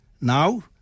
now